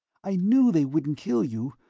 i knew they wouldn't kill you,